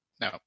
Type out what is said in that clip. no